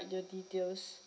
your details